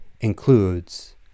includes